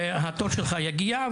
התור שלך יגיע,